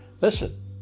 Listen